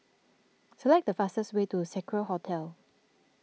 select the fastest way to Seacare Hotel